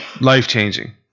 Life-changing